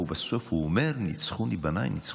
ובסוף הוא אומר: נצחוני בניי נצחוני.